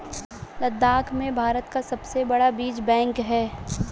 लद्दाख में भारत का सबसे बड़ा बीज बैंक है